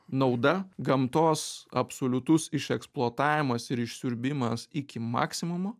nauda gamtos absoliutus išeksploatavimas ir išsiurbimas iki maksimumo